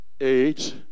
eight